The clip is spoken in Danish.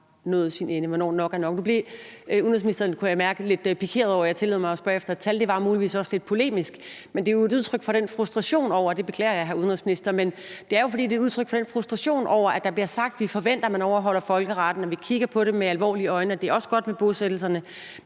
nået sin ende, altså hvornår nok er nok. Nu blev udenrigsministeren, kunne jeg mærke, lidt pikeret over, at jeg tillod mig at spørge efter tal, og det var muligvis også lidt polemisk, men det var jo et udtryk for den frustration over – og det beklager jeg, hr. udenrigsminister – at der blev sagt, at vi forventer, at man overholder folkeretten, og at vi kigger på det med alvorlige øjne, og at det også er godt med bosættelserne.